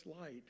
light